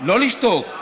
לא לשתוק.